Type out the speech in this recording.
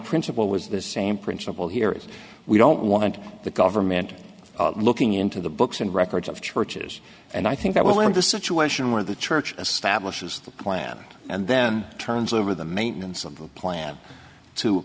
principle was the same principle here is we don't want the government looking into the books and records of churches and i think that will end the situation where the church establishes the plan and then turns over the maintenance on a plan to